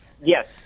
Yes